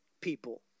people